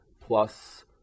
plus